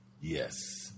Yes